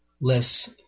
less